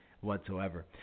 whatsoever